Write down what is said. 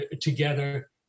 together